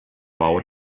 bau